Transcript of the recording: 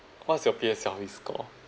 what's your P_S_L_E score